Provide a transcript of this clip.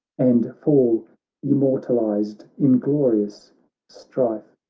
and fall immortalized in glorious strife!